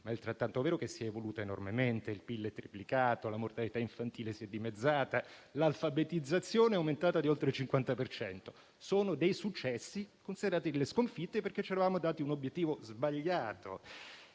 ma è altrettanto vero che si è evoluta enormemente, il PIL è triplicato, la mortalità infantile si è dimezzata, l'alfabetizzazione è aumentata di oltre il 50 per cento. Sono dei successi, considerati come sconfitte, perché c'eravamo dati un obiettivo sbagliato.